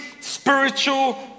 spiritual